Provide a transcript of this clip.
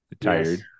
tired